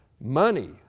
money